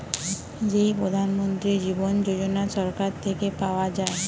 যেই প্রধান মন্ত্রী জীবন যোজনা সরকার থেকে পাওয়া যায়